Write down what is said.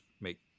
make